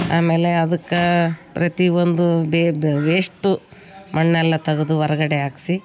ಆಮೇಲೆ ಅದಕ್ಕೆ ಪ್ರತಿ ಒಂದು ಬೇಬ್ ವೇಷ್ಟು ಮಣ್ಣೆಲ್ಲ ತೆಗ್ದು ಹೊರ್ಗಡೆ ಹಾಕ್ಸಿ